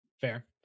Fair